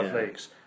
leagues